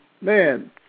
man